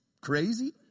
crazy